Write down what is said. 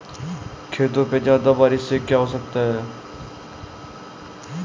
खेतों पे ज्यादा बारिश से क्या हो सकता है?